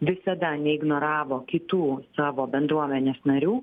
visada neignoravo kitų savo bendruomenės narių